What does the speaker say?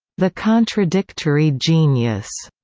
the contradictory genius,